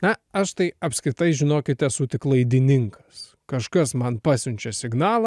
na aš tai apskritai žinokit esu tik laidininkas kažkas man pasiunčia signalą